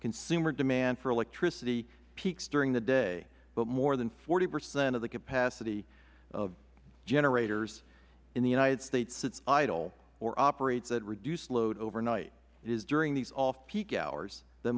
consumer demand for electricity peaks during the day but more than forty percent of the capacity of generators in the united states sits idle or operates at reduced load overnight it is during the off peak hours tha